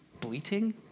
bleating